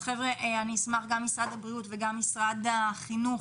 גם משרד הבריאות וגם משרד החינוך,